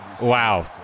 wow